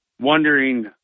wondering